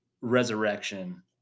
resurrection